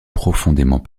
profondément